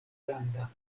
granda